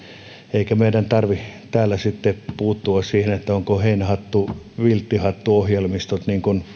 eikä meidän tarvitse täällä sitten puuttua siihen onko heinähattu ja vilttihattuohjelmistot